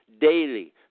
daily